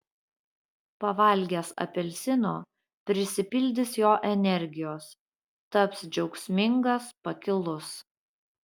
pavalgęs apelsino prisipildys jo energijos taps džiaugsmingas pakilus